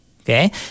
Okay